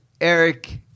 Eric